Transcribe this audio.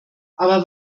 aber